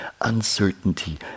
uncertainty